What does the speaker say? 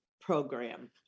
program